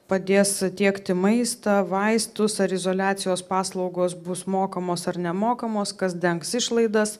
padės tiekti maistą vaistus ar izoliacijos paslaugos bus mokamos ar nemokamos kas dengs išlaidas